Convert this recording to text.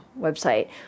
website